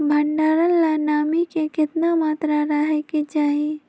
भंडारण ला नामी के केतना मात्रा राहेके चाही?